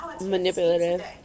Manipulative